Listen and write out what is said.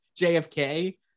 JFK